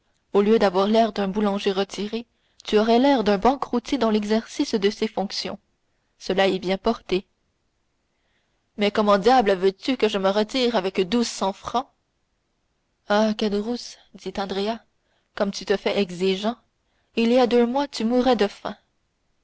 au lieu d'avoir l'air d'un boulanger retiré tu aurais l'air d'un banqueroutier dans l'exercice de ses fonctions cela est bien porté mais comment diable veux-tu que je me retire avec douze cents francs ah caderousse dit andrea comme tu te fais exigeant il y a deux mois tu mourais de faim